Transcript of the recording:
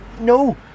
no